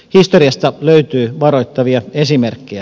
historiasta löytyy varoittavia esimerkkejä